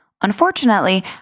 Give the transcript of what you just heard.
Unfortunately